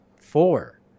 four